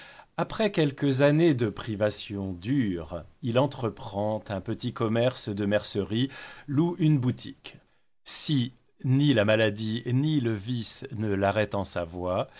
après quelques années de privations dures il entreprend un petit commerce de mercerie loue une boutique si ni la maladie ni le vice ne l'arrêtent en sa voie